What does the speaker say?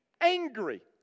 angry